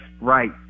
right